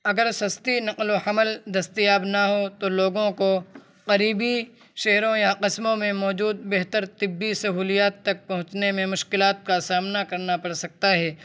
اگر سستی نقل و حمل دستیاب نہ ہوں تو لوگوں کو قریبی شہروں یا قصبوں میں موجود بہتر طبی سہولیات تک پہنچنے میں مشکلات کا سامنا کرنا پڑ سکتا ہے